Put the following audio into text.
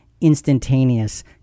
instantaneous